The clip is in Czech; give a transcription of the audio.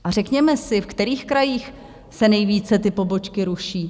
A řekněme si, ve kterých krajích se nejvíce ty pobočky ruší?